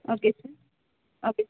okay sir okay sir